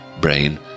brain